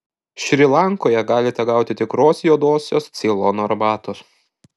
šri lankoje galite gauti tikros juodosios ceilono arbatos